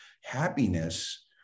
happiness